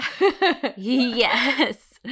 Yes